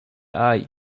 eye